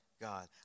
God